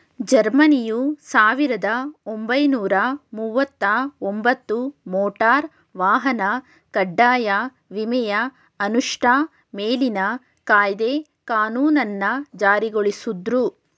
ಜರ್ಮನಿಯು ಸಾವಿರದ ಒಂಬೈನೂರ ಮುವತ್ತಒಂಬತ್ತು ಮೋಟಾರ್ ವಾಹನ ಕಡ್ಡಾಯ ವಿಮೆಯ ಅನುಷ್ಠಾ ಮೇಲಿನ ಕಾಯ್ದೆ ಕಾನೂನನ್ನ ಜಾರಿಗೊಳಿಸುದ್ರು